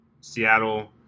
Seattle